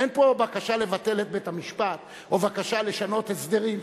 אין פה בקשה לבטל את בית-המשפט או בקשה לשנות הסדרים.